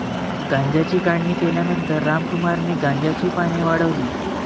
गांजाची काढणी केल्यानंतर रामकुमारने गांजाची पाने वाळवली